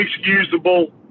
inexcusable